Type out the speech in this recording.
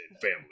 family